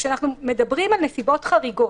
כשאנחנו מדברים על נסיבות חריגות,